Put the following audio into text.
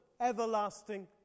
everlasting